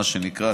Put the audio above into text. מה שנקרא,